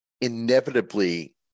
inevitably